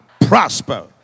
prosper